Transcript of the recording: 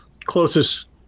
closest